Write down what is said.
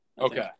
Okay